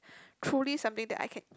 truly something that I can eat